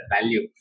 value